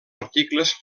articles